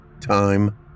Time